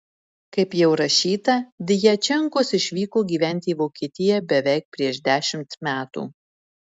kaip jau rašyta djačenkos išvyko gyventi į vokietiją beveik prieš dešimt metų